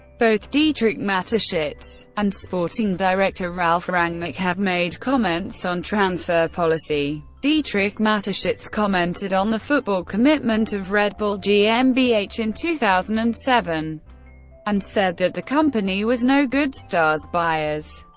both dietrich mateschitz and sporting director ralf rangnick have made comments on transfer policy. dietrich mateschitz commented on the football commitment of red bulll gmbh in two thousand and seven and said that the company was no good stars buyers.